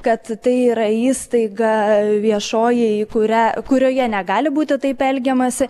kad tai yra įstaiga viešoji į kurią kurioje negali būti taip elgiamasi